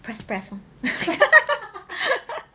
press press lor